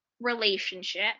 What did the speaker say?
relationship